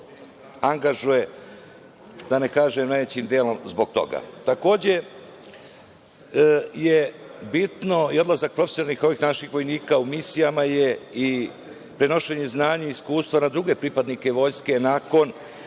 angažuje da ne kažem najvećim delom zbog toga. Takođe je bitan i odlazak profesionalnih ovih naših vojnika u misije zbog prenošenja znanja i iskustva na druge pripadnike vojske nakon